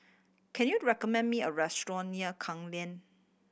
can you recommend me a restaurant near Klang Lane